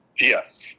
Yes